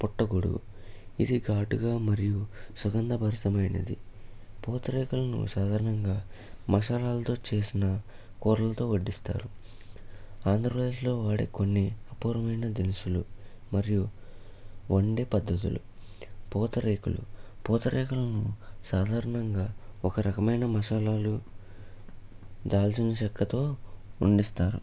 పుట్టగొడుగు ఇది ఘాటుగా మరియు సుగంధ భరితమైనది పూతరేకులను సాధారణంగా మసాలాలతో చేసిన కూరలతో వడ్డిస్తారు ఆంధ్రప్రదేశ్లో వాడే కొన్ని అపూర్వమైన దినుసులు మరియు వండే పద్ధతులు పూతరేకులు పూతరేకులను సాధారణంగా ఒక రకమైన మసాలాలు దాల్చిన చెక్కతో వండిస్తారు